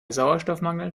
sauerstoffmangel